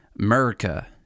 America